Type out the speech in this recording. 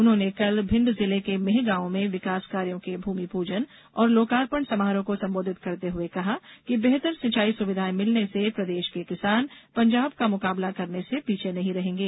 उन्होंने कल भिंड जिले के मेहगॉव में विकास कार्यो के भूमिपूजन और लोकार्पण समारोह को संबोधित करते हए कहा कि बेहतर सिंचाई सुविधाए मिलने से प्रदेश के किसान पंजाब का मुकाबला करने से पीछे नहीं रहेंगे